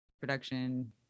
production